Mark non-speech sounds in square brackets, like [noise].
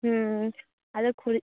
ᱦᱩᱸ ᱟᱫᱚ [unintelligible]